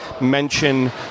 mention